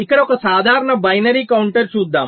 ఇక్కడ ఒక సాధారణ బైనరీ కౌంటర్ చూద్దాం